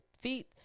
feet